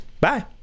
Bye